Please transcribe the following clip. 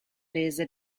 rese